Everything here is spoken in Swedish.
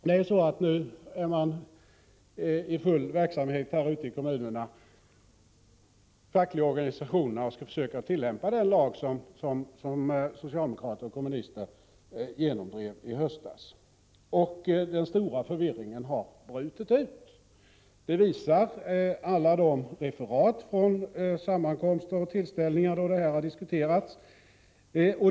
Ute i kommunerna är man nu i full verksamhet, och kommunerna och de fackliga organisationerna försöker tillämpa den lag som socialdemokrater och kommunister i höstas genomdrev. Den stora förvirringen har brutit ut. Det visar alla referat från de sammankomster och tillställningar där denna fråga har diskuterats.